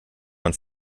man